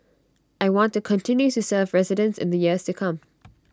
I want to continue to serve residents in the years to come